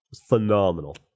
phenomenal